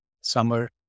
summer